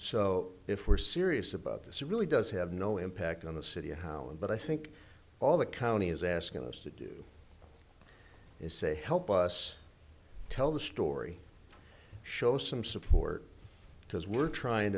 so if we're serious about this really does have no impact on the city how and but i think all the county is asking us to do is say help us tell the story show some support because we're trying